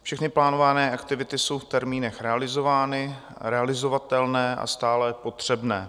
Všechny plánované aktivity jsou v termínech realizovány, realizovatelné a stále potřebné.